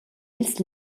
ils